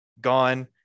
gone